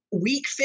week